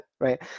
right